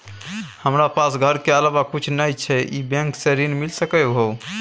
हमरा पास घर के अलावा कुछ नय छै ई बैंक स ऋण मिल सकलउ हैं?